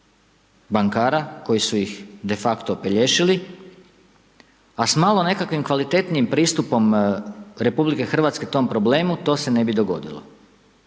bankara, koji su ih de facto opelješili, a s malo nekakvim kvalitetnim pristupom, RH, tom problemu to se ne bi dogodilo.